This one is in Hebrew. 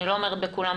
אני לא אומרת שבכולם,